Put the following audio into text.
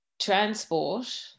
transport